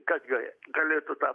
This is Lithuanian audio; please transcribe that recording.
kas galė galėtų tą